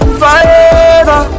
forever